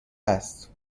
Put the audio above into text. است